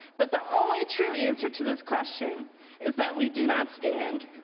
but the only true answer to this question is that we do not stand.